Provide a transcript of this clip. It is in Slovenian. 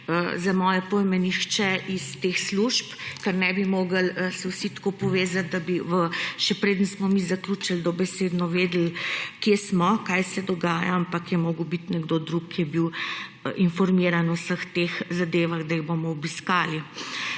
za moje pojme nihče iz teh služb, ker se ne bi mogli vsi tako povezati, da bi, še preden smo mi zaključili, dobesedno vedeli, kje smo, kaj se dogaja, ampak je moral biti nekdo drug, ki je bil informiran o vseh teh zadevah, da jih bomo obiskali.